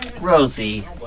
Rosie